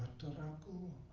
to the oku